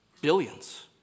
billions